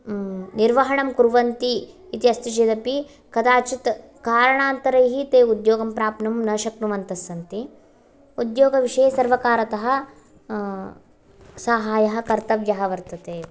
निर्वहणं कुर्वन्ति इति अस्ति चेदपि कदाचित् कारणान्तरैः ते उद्योगं प्राप्तुं न शक्नुवन्तः सन्ति उद्योगविषये सर्वकारतः साहाय्यः कर्तव्यः वर्तते